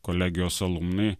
kolegijos alumnai